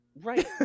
Right